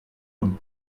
homme